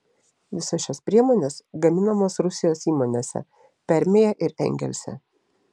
visos šios priemonės gaminamos rusijos įmonėse permėje ir engelse